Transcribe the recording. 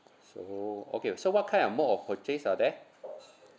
so okay so what kind of mode of purchase are there